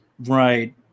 Right